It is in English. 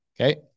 Okay